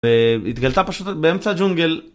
והתגלתה פשוט באמצע ג'ונגל